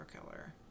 killer